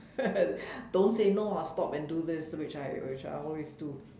don't say no I'll stop and do this which I which I always do